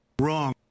Wrong